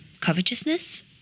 covetousness